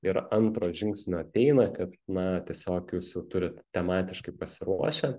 ir antro žingsnio ateina kad na tiesiog jūs jau turit tematiškai pasiruošę